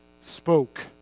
spoke